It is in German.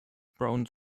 brown